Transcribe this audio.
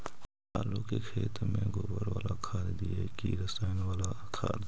आलू के खेत में गोबर बाला खाद दियै की रसायन बाला खाद?